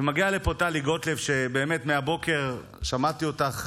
ומגיעה לפה טלי גוטליב, שבאמת מהבוקר שמעתי אותך